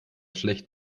schlecht